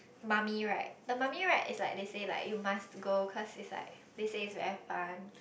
mummy ride the mummy ride is like they say like you must go cause it's like they say it's very fun